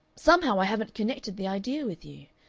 somehow i haven't connected the idea with you.